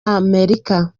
amerika